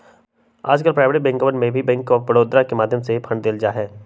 आजकल प्राइवेट बैंकवन के भी बैंक आफ बडौदा के माध्यम से ही फंड देवल जाहई